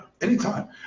Anytime